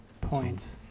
points